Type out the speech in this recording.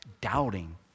doubting